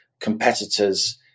competitors